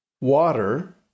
water